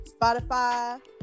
Spotify